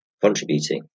contributing